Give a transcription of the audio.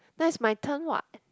that's my turn what